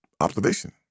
observation